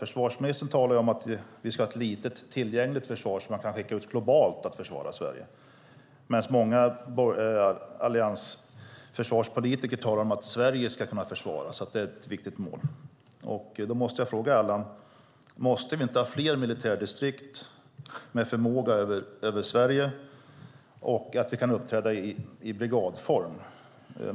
Försvarsministern talar om att vi ska ha ett litet, tillgängligt försvar som man kan skicka ut globalt för att försvara Sverige. Men många alliansförsvarspolitiker talar om att Sverige ska kunna försvaras, att det är ett viktigt mål. Då måste jag fråga Allan: Måste vi inte ha fler militärdistrikt med förmåga över Sverige och kunna uppträda i brigadform?